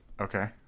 Okay